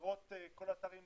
ולראות כל אתר עם